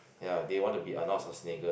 ya they want to be Arnold-Schwarzenegger